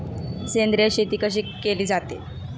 सेंद्रिय शेती कशी केली जाते?